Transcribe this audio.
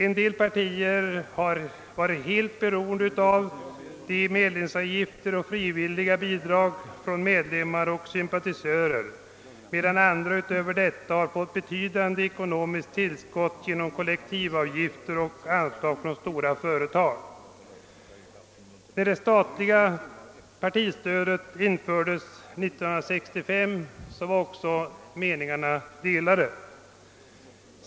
En del partier har varit helt beroende av medlemsavgifter och frivilliga bidrag från medlemmar och sympatisörer, me dan andra därutöver har fått betydande ekonomiska tillskott genom kollektivavgifter och anslag från stora företag. När det statliga partistödet infördes år 1965 var också meningarna delade.